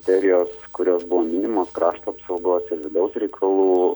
serijos kurios buvo minimos krašto apsaugos ir vidaus reikalų